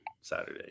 Saturday